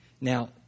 Now